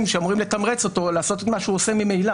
שאמורים לתמרץ אותו לעשות את מה שהוא עושה ממילא.